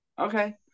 okay